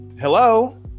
Hello